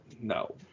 no